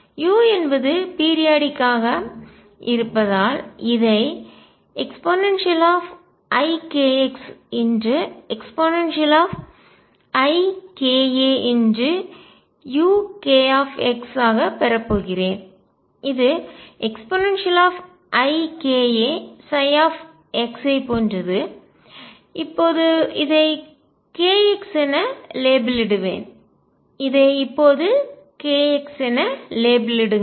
u என்பது periodic ஆக குறிப்பிட்ட கால இடைவெளியில் இருப்பதால் இதை eikxeikauk ஆகப் பெறப்போகிறேன் இது eikaψ ஐப் போன்றது இப்போது இதை k x என லேபிளிடுவேன் இதை இப்போது k x என லேபிளிடுங்கள்